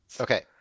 Okay